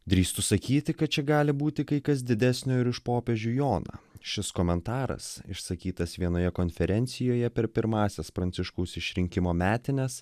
drįstu sakyti kad čia gali būti kai kas didesnio ir už popiežių joną šis komentaras išsakytas vienoje konferencijoje per pirmąsias pranciškaus išrinkimo metines